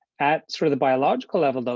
at sort of the biological level, though,